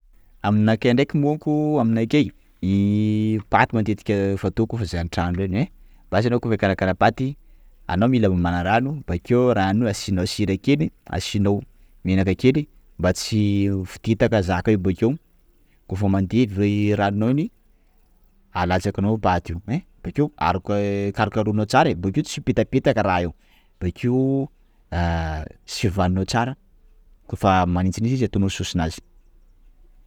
Aminakahy ndreky moko aminakahy, I! paty matetika fataoko fa zay antragno regny ein! basy anao koafa hikarakara paty, anao mila mamana rano bakeo rano asinao sira kely, asinao menaka kely mba tsy ho fotetaka zaka io bekeo, koafa mandevy rano nao igny, alatsaka nao paty io ein! _x000D_ Bekeo karokaronao tsara, bekeo tsy hipetapetaka raha io, bekeo an! _x000D_ Sivaninao tsara, koafa manitsinitsy izy ataonao saosy nazy.